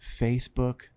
Facebook